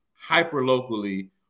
hyper-locally